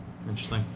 interesting